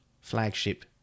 flagship